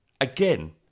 again